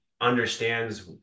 understands